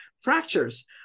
fractures